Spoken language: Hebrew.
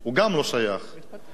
כי מה שכתוב פה,